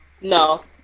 no